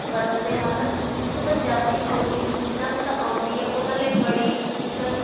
ਵਰਤਦੇ ਹਨ ਕਿਉਂਕਿ ਪੰਜਾਬੀ ਬੋਲੀ ਜਿਹਨਾਂ ਨੂੰ ਤਾਂ ਆਉਂਦੀ ਹੈ ਉਹਨਾਂ ਲਈ ਬੜੀ ਇੱਕ